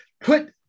put